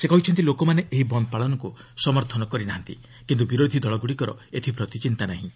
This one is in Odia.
ସେ କହିଛନ୍ତି ଲୋକମାନେ ଏହି ବନ୍ଦ ପାଳନକୁ ସମର୍ଥନ କରି ନାହାନ୍ତି କିନ୍ତୁ ବିରୋଧୀ ଦଳଗୁଡ଼ିକର ଏଥିପ୍ରତି ଚିନ୍ତା ନାହିଁ